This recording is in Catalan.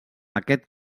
aquest